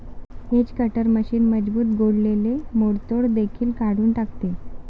hedge cutter machine मजबूत गोठलेले मोडतोड देखील काढून टाकते